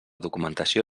documentació